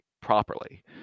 properly